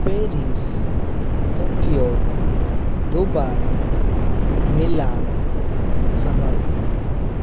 Paris Tokyo Dubai Milan Hanoi